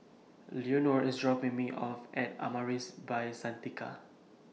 Leonor IS dropping Me off At Amaris By Santika